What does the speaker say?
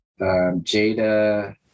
Jada